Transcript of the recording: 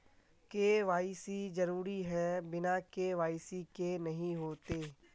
KYC जरुरी है बिना के.वाई.सी के नहीं होते?